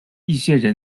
一些